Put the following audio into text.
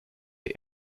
der